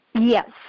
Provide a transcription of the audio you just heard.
Yes